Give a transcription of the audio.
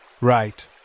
Right